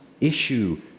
issue